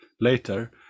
later